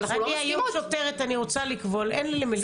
אם אני שוטרת ואני רוצה לקבול, אין לי למי לקבול.